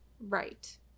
Right